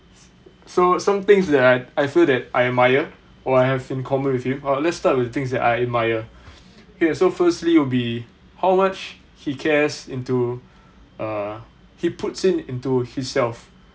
so some things that I I feel that I admire or I have in common with you let's start with things that I admire okay so firstly it will be how much he cares into uh he puts in into himself